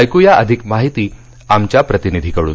ऐकूया अधिक माहिती आमच्या प्रतिनिधीकडून